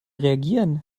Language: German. reagieren